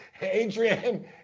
Adrian